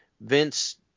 Vince